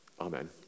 Amen